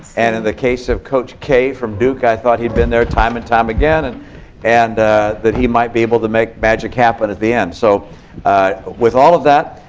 and in the case of coach k from duke, i thought he'd been there time and time again and and that he might be able to make magic happen at the end. so with all of that,